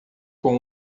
com